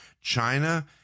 china